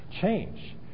change